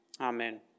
Amen